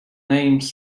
names